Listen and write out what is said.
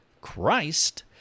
Christ